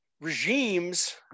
Regimes